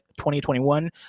2021